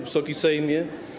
Wysoki Sejmie!